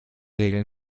regeln